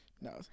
No